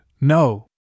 no